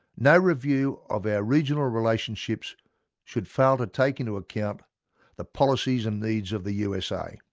no review of our regional relationships should fail to take into account the policies and needs of the usa